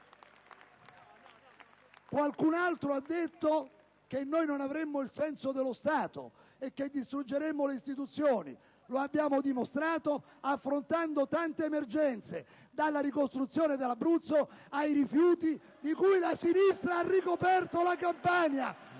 Qualcun altro ha detto che noi non avremmo il senso dello Stato e che distruggeremmo le istituzioni. Abbiamo invece dimostrato il contrario affrontando tante emergenze: dalla ricostruzione dell'Abruzzo ai rifiuti di cui la sinistra ha ricoperto la Campania.